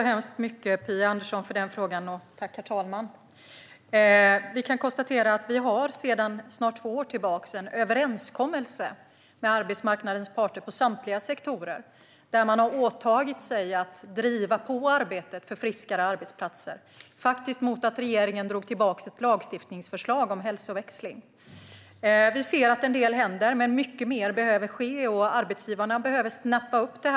Herr talman! Tack för frågan, Phia Andersson! Vi har sedan snart två år tillbaka en överenskommelse med arbetsmarknadens parter inom samtliga sektorer. Man har åtagit sig att driva på arbetet för friskare arbetsplatser. Det gjordes mot att regeringen drog tillbaka ett lagstiftningsförslag om hälsoväxling. Vi ser att en del händer. Men mycket mer behöver ske. Arbetsgivarna behöver trappa upp arbetet.